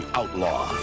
outlaw